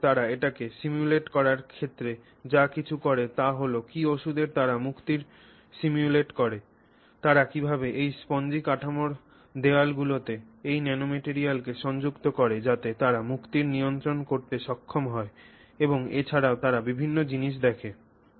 সুতরাং তারা এটিকে সিমুলেট করার ক্ষেত্রে যা কিছু করে তা হল কী ওষুধের তারা মুক্তির সিমুলেট করে তারা কীভাবে সেই স্পঞ্জি কাঠামোর দেয়ালগুলিতে এই ন্যানোম্যাটরিয়ালকে সংযুক্ত করে যাতে তারা মুক্তির নিয়ন্ত্রণ করতে সক্ষম হয় এবং এছাড়াও তারা বিভিন্ন জিনিস দেখে